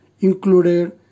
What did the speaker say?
included